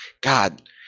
God